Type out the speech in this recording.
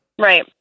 Right